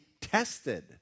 tested